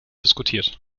diskutiert